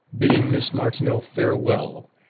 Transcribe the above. bidding miss martineau farewell,